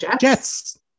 Jets